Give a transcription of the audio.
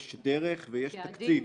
יש דרך ויש תקציב.